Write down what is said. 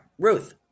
Ruth